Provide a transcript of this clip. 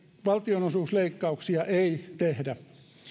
valtionosuusleikkauksia ei tehdä